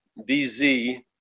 BZ